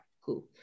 Cool